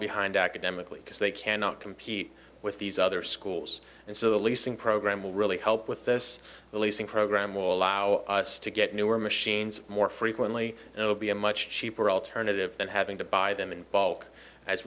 behind academically because they cannot compete with these other schools and so the leasing program will really help with this leasing program will allow us to get newer machines more frequently and it will be a much cheaper alternative than having to buy them in bulk as